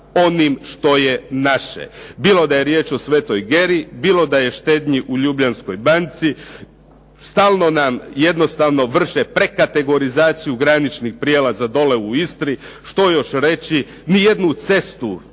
onim što je naše. Bilo da je riječ o Svetoj Geri, bilo da je o štednji u Ljubljanskoj banci, stalno nam jednostavno vrše prekategorizaciju graničnih prijelaza dolje u Istri. Što još reći? Ni jednu cestu